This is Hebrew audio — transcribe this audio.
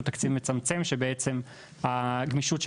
שהוא תקציב מצמצם שבעצם הגמישות של